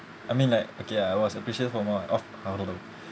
I mean like okay ah I was appreciated for